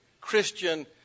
Christian